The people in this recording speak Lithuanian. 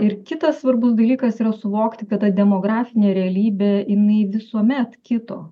ir kitas svarbus dalykas yra suvokti kad ta demografinė realybė jinai visuomet kito